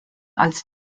als